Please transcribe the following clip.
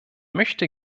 möchte